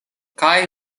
kaj